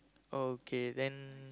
okay then